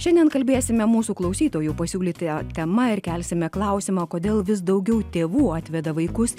šiandien kalbėsime mūsų klausytojų pasiūlytie tema ir kelsime klausimąo kodėl vis daugiau tėvų atveda vaikus